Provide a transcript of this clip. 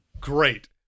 Great